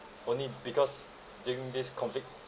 only because during this COVID